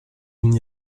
n’y